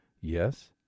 Yes